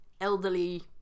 elderly